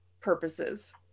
purposes